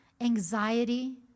anxiety